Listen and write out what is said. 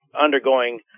undergoing